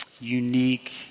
unique